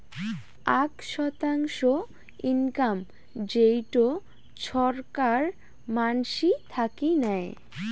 আক শতাংশ ইনকাম যেইটো ছরকার মানসি থাকি নেয়